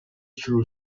شروع